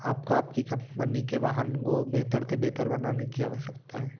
आपको आपकी कंपनी के वाहन को बेहतर से बेहतर बनाने की आवश्यकता है